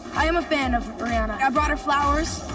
i'm a fan of rihanna. i brought her flowers,